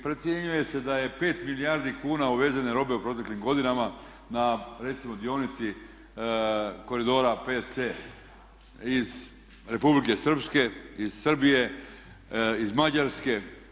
Procjenjuje se da je 5 milijardi kuna uvezene robe u proteklim godinama na recimo dionici Koridora VC iz Republike Srpske i iz Srbije, iz Mađarske.